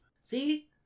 See